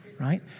right